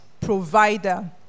provider